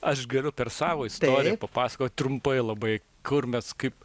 aš galiu per savo istoriją papasakot trumpai labai kur mes kaip